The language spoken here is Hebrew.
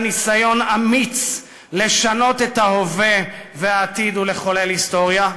ניסיון אמיץ לשנות את ההווה והעתיד ולחולל היסטוריה?